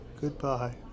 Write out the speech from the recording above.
Goodbye